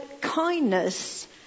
kindness